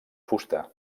fusta